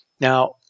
Now